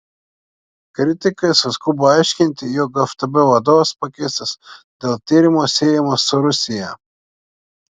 kritikai suskubo aiškinti jog ftb vadovas pakeistas dėl tyrimo siejamo su rusija